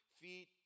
feet